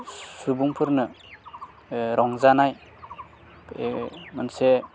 सुबुंफोरनो रंजानाय मोनसे